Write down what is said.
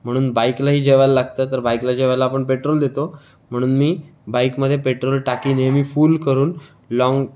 म्हणून बाईकलाही जेवायला लागतं तर बाईकला जेवायला आपण पेट्रोल देतो म्हणून मी बाइकमध्ये पेट्रोल टाकी नेहमी फुल करून लॉन्ग